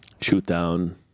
Shoot-down